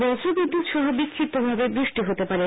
বজ্র বিদ্যুৎ সহ বিষ্ফিপ্তভাবে বৃষ্টি হতে পারে